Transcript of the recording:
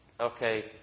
okay